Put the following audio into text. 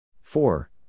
four